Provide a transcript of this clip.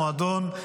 מועדון,